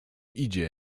idzie